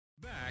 Back